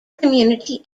community